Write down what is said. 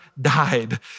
died